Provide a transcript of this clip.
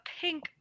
pink